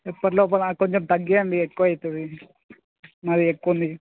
ఎప్పటి లోపల కొంచెం తగ్గించండి ఎక్కువ అవుతుంది మరీ ఎక్కువ ఉంది